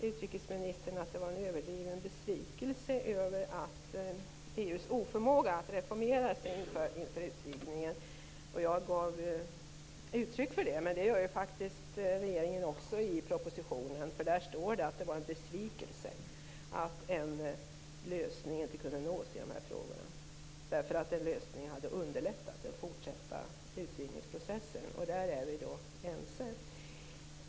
Utrikesministern sade att det är en överdriven besvikelse över EU:s oförmåga att reformera sig inför utvidgningen. Det är något som jag har gett uttryck för, men det gör också regeringen i propositionen. Där står det nämligen att det var en besvikelse att en lösning inte kunde nås i de här frågorna, eftersom en lösning hade underlättat den fortsatta utvidgningsprocessen. Om detta är vi ense.